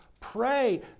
pray